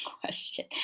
question